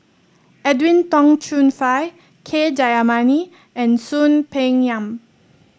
Edwin Tong Chun Fai K Jayamani and Soon Peng Yam